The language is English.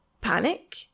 panic